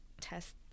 test